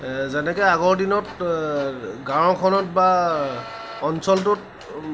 যেনেকৈ আগৰ দিনত গাঁও এখনত বা অঞ্চলটোত